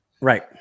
Right